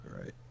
Right